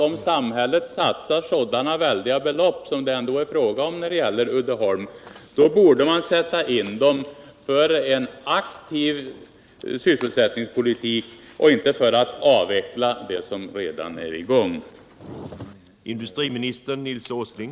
Om samhället satsar sådana väldiga belopp som det är fråga om när det gäller Uddeholmsbolaget borde man, anser vi, sätta in det stödet för en aktiv sysselsättningspolitik och inte för att avveckla det som redan är i gång.